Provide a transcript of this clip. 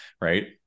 right